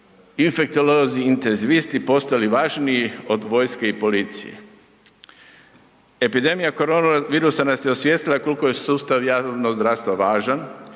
infektolozi, intenzivisti, postali važniji od vojske i policije. Epidemija koronavirusa nas je osvijestila kolko je sustav javnog zdravstva važan